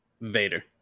Vader